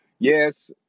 Yes